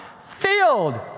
filled